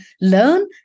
learn